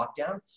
lockdown